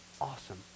awesome